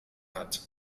hat